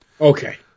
Okay